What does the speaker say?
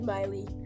Miley